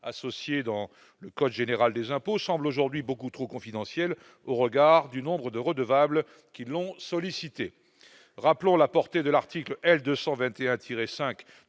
associés dans le code général des impôts semble aujourd'hui beaucoup trop confidentielle au regard du nombre de redevables qui l'ont sollicité, rappelant la portée de l'article L 221